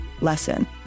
lesson